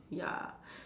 ya